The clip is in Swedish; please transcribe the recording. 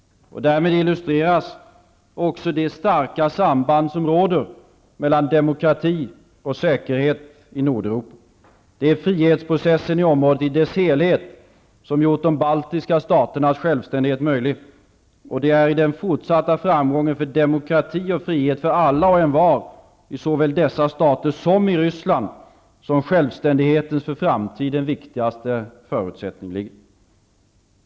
Därmed illustreras också det starka samband som råder mellan demokrati och säkerhet i Nordeuropa. Det är frihetsprocessen i området i dess helhet som gjort de baltiska staternas självständighet möjlig, och det är i den fortsatta framgången för demokrati och frihet för alla och envar i såväl dessa stater som Ryssland som självständighetens för framtiden viktigaste förutsättning ligger.